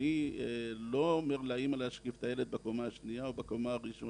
אני לא אומר שזה נעים להשכיב את הילד בקומה השנייה או בקומה הראשונה,